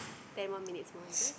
ten more minutes more is it